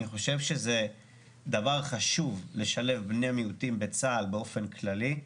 אני חושב שזה דבר חשוב לשלב בני מיעוטים בצה"ל באופן כללי,